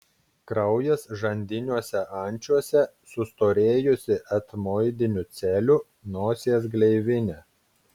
kraujas žandiniuose ančiuose sustorėjusi etmoidinių celių nosies gleivinė